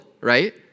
right